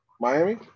Miami